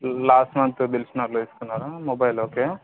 last month దిల్సుఖ్నగర్లో తీసుకున్నారా mobile okay